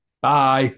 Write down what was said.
Bye